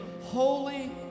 holy